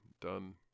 done